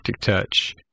touch